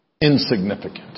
Insignificant